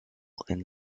and